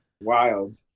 Wild